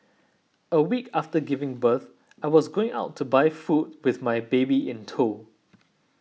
a week after giving birth I was going out to buy food with my baby in tow